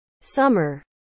summer